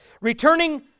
Returning